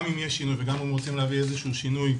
גם אם יש שינוי וגם אם רוצים להביא איזה שהוא שינוי,